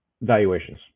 valuations